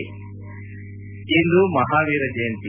head ಇಂದು ಮಹಾವೀರ ಜಯಂತಿ